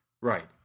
Right